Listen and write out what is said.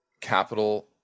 capital